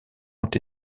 ont